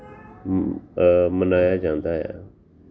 ਮਨਾਇਆ ਜਾਂਦਾ ਆ